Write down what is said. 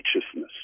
righteousness